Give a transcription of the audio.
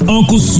Uncle